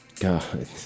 God